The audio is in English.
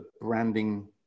branding